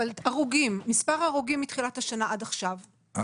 הרוגים, מספר ההרוגים מתחיל השנה עד עכשיו.